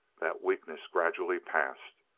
that weakness gradually passed.